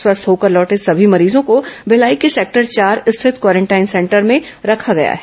स्वस्थ होकर लौटे सभी मरीजों को भिलाई के सेक्टर चार स्थित क्वारेंटाइन सेंटर में रखा गया है